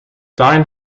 dahin